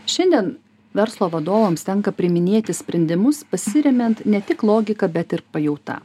šiandien verslo vadovams tenka priiminėti sprendimus pasiremiant ne tik logika bet ir pajauta